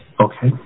Okay